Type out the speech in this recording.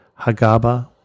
Hagaba